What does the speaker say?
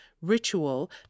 ritual